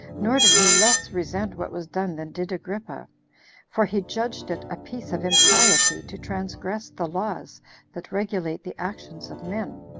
nor did he less resent what was done than did agrippa for he judged it a piece of impiety to transgress the laws that regulate the actions of men.